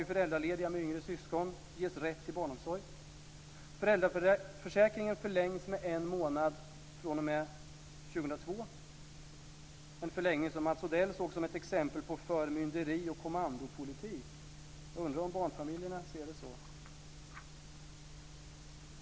Föräldraförsäkringen förlängs med en månad fr.o.m. 2002, en förlängning som Mats Odell såg som ett exempel på förmynderi och kommandopolitik. Jag undrar om barnfamiljerna ser det så.